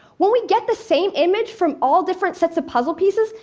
when we get the same image from all different sets of puzzle pieces,